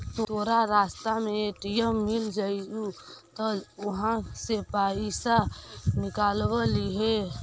तोरा रास्ता में ए.टी.एम मिलऽ जतउ त उहाँ से पइसा निकलव लिहे